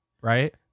right